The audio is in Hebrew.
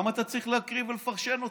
למה אתה צריך להקריא ולפרשן אותי?